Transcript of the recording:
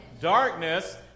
Darkness